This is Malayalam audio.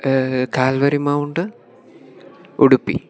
Calvary Mount Udupi